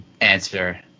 answer